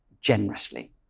generously